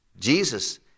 Jesus